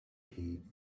heed